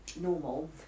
normal